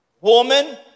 woman